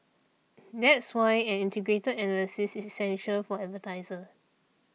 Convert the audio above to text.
that's why an integrated analysis is essential for advertisers